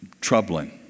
troubling